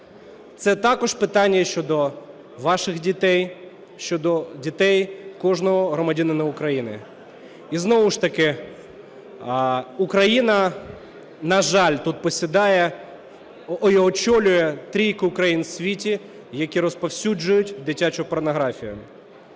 Це також питання щодо ваших дітей, щодо дітей кожного громадянина України. І знову ж таки Україна, на жаль, тут посідає і очолю трійку країн у світі, які розповсюджують дитячу порнографію.